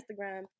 Instagram